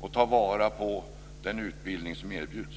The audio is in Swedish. och tar vara på den utbildning som erbjuds.